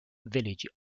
village